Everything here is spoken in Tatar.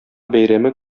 бәйрәме